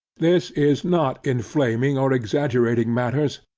this is not inflaming or exaggerating matters,